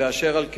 אשר על כן,